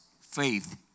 faith